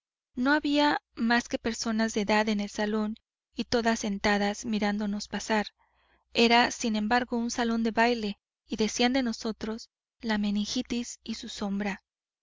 no había más que personas de edad en el salón y todas sentadas mirándonos pasar era sin embargo un salón de baile y decían de nosotros la meningitis y su sombra